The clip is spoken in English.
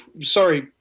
Sorry